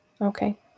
Okay